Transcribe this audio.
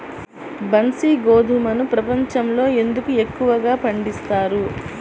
బన్సీ గోధుమను ప్రపంచంలో ఎందుకు ఎక్కువగా పండిస్తారు?